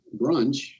brunch